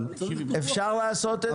אבל --- אפשר לעשות את זה?